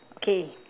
okay